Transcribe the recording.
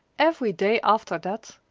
every day after that,